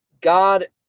God